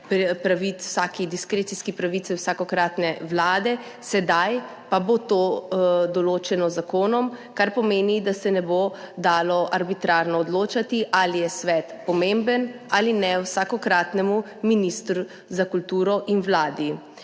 prepuščeno diskrecijski pravici vsakokratne vlade, sedaj pa bo to določeno z zakonom, kar pomeni, da se ne bo dalo arbitrarno odločati, ali je svet pomemben ali ne vsakokratnemu ministru za kulturo in Vladi.